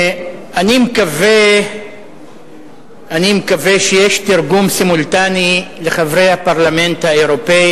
אני מקווה שיש תרגום סימולטני לחברי הפרלמנט האירופי